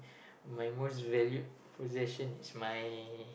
my most valued possessions my